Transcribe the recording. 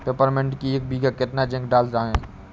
Peppermint की एक बीघा कितना जिंक डाला जाए?